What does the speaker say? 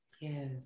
yes